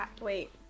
wait